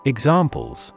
Examples